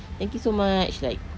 thank you so much like